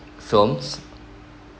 films